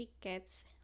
tickets